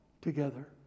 together